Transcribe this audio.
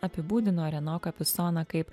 apibūdino reno kapisoną kaip